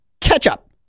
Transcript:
ketchup